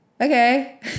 okay